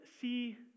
see